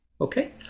Okay